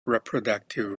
reproductive